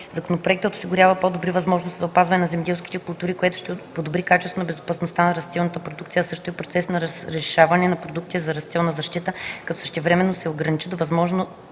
Законопроектът осигурява по-добри възможности за опазване на земеделските култури, което ще подобри качеството и безопасността на растителната продукция, а също и процесът на разрешаване на продуктите за растителна защита, като същевременно се ограничи до възможния